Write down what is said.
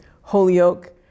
holyoke